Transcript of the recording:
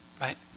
right